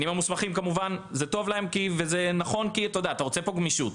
כמובן שזה טוב וזה נכון לקצינים המוסמכים כי אתה רוצה פה גמישות,